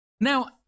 Now